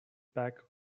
back